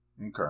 Okay